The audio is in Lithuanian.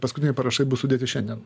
paskutiniai parašai bus sudėti šiandien